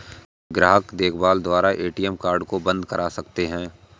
क्या हम ग्राहक देखभाल द्वारा ए.टी.एम कार्ड को बंद करा सकते हैं?